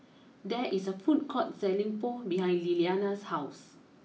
there is a food court selling Pho behind Liliana's house